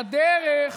הדרך